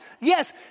yes